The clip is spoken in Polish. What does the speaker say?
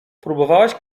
próbowałaś